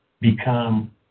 become